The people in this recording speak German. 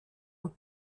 und